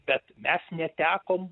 bet mes netekom